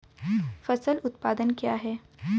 फसल उत्पादन क्या है?